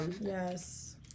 Yes